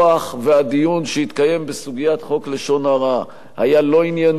והדיון שהתקיים בסוגיית חוק לשון הרע היה לא ענייני,